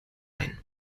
ein